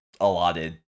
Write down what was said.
allotted